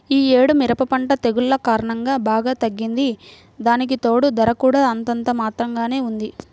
యీ యేడు మిరప పంట తెగుల్ల కారణంగా బాగా తగ్గింది, దానికితోడూ ధర కూడా అంతంత మాత్రంగానే ఉంది